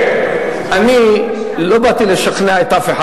תראה, אני לא באתי לשכנע אף אחד.